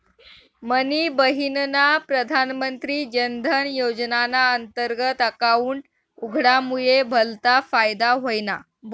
मनी बहिनना प्रधानमंत्री जनधन योजनाना अंतर्गत अकाउंट उघडामुये भलता फायदा व्हयना